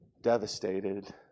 devastated